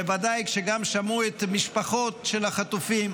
בוודאי כשגם שמעו את משפחות החטופים,